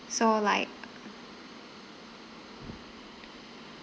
so like